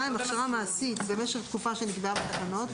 29.1 (2)הכשרה מעשית במשך תקופה שנקבעה בתקנות,